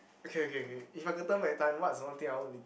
okay okay okay if I could turn back time what's the one thing I want to be